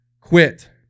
quit